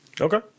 Okay